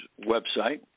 website